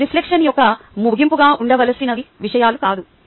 ఇవి రిఫ్లెక్షన్ యొక్క ముగింపుగా ఉండవలసిన విషయాలు కాదు